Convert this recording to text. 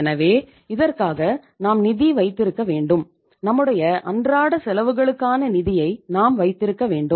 எனவே இதற்காக நாம் நிதி வைத்திருக்க வேண்டும் நம்முடைய அன்றாட செலவுகளுக்கான நிதியை நாம் வைத்திருக்க வேண்டும்